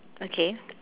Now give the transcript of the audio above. okay